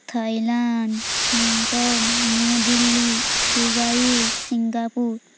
Thailand Bangkok New Delhi Dubai Singapore